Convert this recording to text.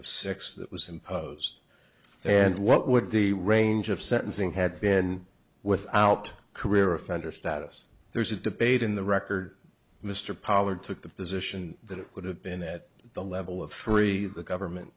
of six that was imposed and what would the range of sentencing had been without career offender status there's a debate in the record mr pollard took the position that it would have been at the level of three the government